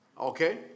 okay